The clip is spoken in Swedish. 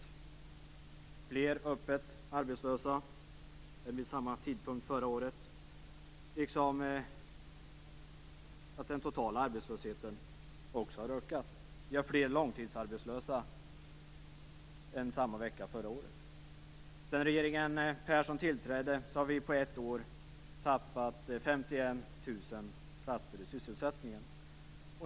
Vi har fler öppet arbetslösa än vid samma tidpunkt förra året, och även den totala arbetslösheten har ökat. Vi har fler långtidsarbetslösa än under motsvarande vecka förra året. Efter regeringen Perssons tillträde har vi på ett år tappat 51 000 platser i sysselsättningen.